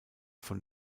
von